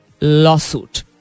lawsuit